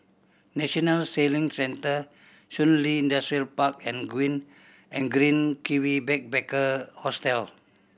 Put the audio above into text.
National Sailing Centre Shun Li Industrial Park and and Green Kiwi Backpacker Hostel